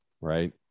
Right